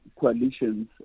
coalitions